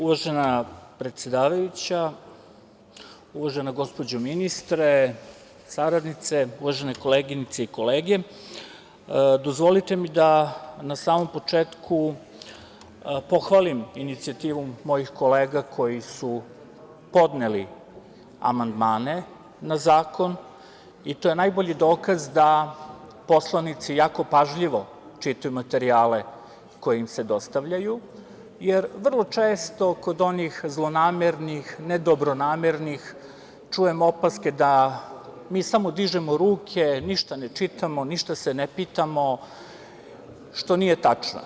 Uvažena predsedavajuća, uvažena gospođo ministre, saradnice, uvažene koleginice i kolege, dozvolite mi da na samom početku pohvalim inicijativu mojih kolega koje su podnele amandmane na zakon i to je najbolji dokaz da poslanici jako pažljivo čitaju materijale koji im se dostavljaju, jer vrlo često kod onih zlonamernih, nedobronamernih čujemo opaske da mi samo dižemo ruke, ništa ne čitamo, ništa se ne pitamo, što nije tačno.